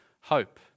hope